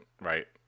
right